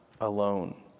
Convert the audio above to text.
alone